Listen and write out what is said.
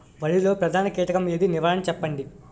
వరిలో ప్రధాన కీటకం ఏది? నివారణ చెప్పండి?